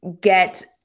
get